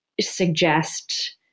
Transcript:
suggest